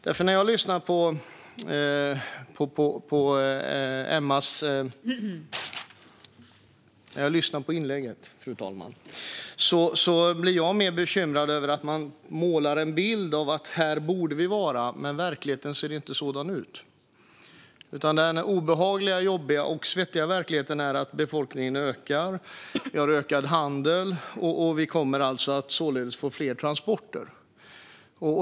När jag lyssnar på Emma Bergingers anförande blir jag mer bekymrad över att det målas upp en bild av var vi borde vara men att verkligheten inte ser sådan ut. Den obehagliga, jobbiga och svettiga verkligheten är att befolkningen ökar och att vi har en ökad handel. Således kommer vi att få fler transporter.